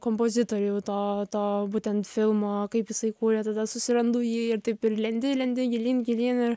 kompozitorių to to būtent filmo kaip jisai kūrė tada susirandu jį ir taip ir lendi lendi gilyn gilyn ir